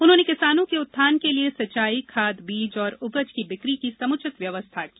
उन्होंने किसानों के उत्थान के लिए सिंचाई खाद बीज और उपज की बिक्री की समुचित व्यवस्था की